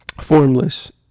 formless